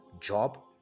Job